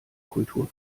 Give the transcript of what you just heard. kultur